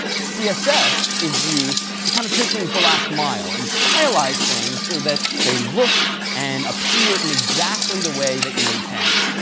css is used to kind of take things the last mile and stylize things so that they look and appear in exactly the way that you intend.